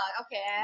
Okay